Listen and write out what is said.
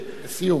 ב"עמוד ענן"